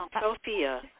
Sophia